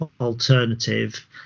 alternative